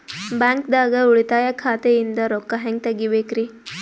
ಬ್ಯಾಂಕ್ದಾಗ ಉಳಿತಾಯ ಖಾತೆ ಇಂದ್ ರೊಕ್ಕ ಹೆಂಗ್ ತಗಿಬೇಕ್ರಿ?